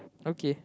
okay